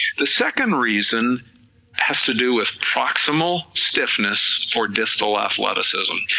the second reason has to do with proximal stiffness for distal athleticism,